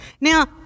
Now